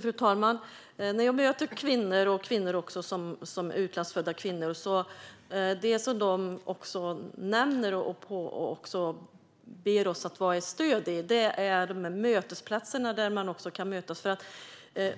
Fru talman! När jag möter kvinnor och också utlandsfödda kvinnor är det de nämner och ber oss att vara ett stöd i mötesplatser där de kan mötas.